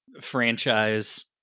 franchise